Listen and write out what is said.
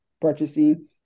purchasing